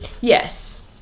Yes